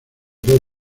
dos